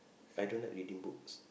I don't like reading books